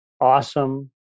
Awesome